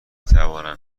توانم